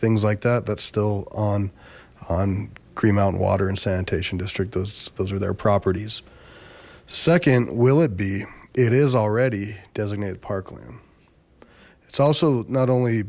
things like that that's still on on cream out and water and sanitation district those those are their properties second will it be it is already designated parkland it's also not only